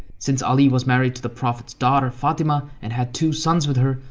since ali was married to the prophet's daughter fatima and had two sons with her,